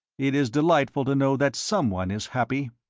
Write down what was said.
it is delightful to know that someone is happy.